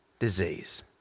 disease